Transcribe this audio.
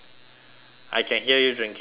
I can hear you drinking water